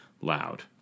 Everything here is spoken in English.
loud